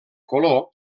color